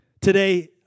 Today